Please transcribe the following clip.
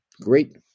great